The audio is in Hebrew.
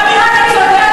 טקטית.